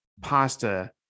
pasta